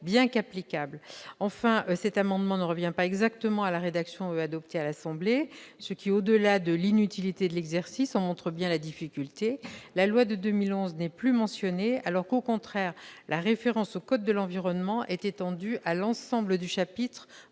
bien qu'applicables. Enfin, le présent amendement ne vise pas à revenir exactement à la rédaction adoptée à l'Assemblée nationale. Cela, au-delà de l'inutilité de l'exercice, en montre bien la difficulté : la loi de 2011 n'est plus mentionnée, alors même que la référence au code de l'environnement est étendue à l'ensemble du chapitre